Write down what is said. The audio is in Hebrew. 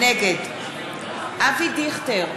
נגד אבי דיכטר,